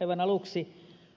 aivan aluksi